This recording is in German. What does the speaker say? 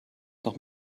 noch